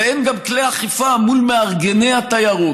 ואין גם כלי אכיפה מול מארגני התיירות,